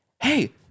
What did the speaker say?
Hey